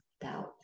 doubt